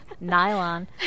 nylon